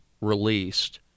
released